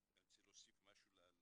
אני רוצה להוסיף משהו לדיון,